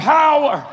power